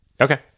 Okay